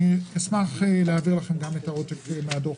אני אשמח להעביר לכם את העותק מהדוח